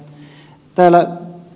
täällä ed